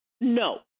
No